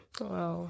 Wow